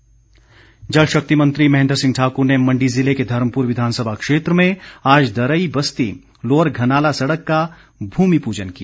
महेंद्र सिंह जल शक्ति मंत्री महेंद्र सिंह ठाकुर ने मंडी ज़िले के धर्मपुर विधानसभा क्षेत्र में आज दरेई बस्ती लोअर घनाला सड़क का भूमि पूजन किया